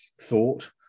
thought